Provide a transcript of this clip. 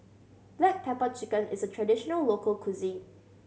black pepper chicken is a traditional local cuisine